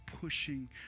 pushing